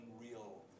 unreal